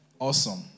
awesome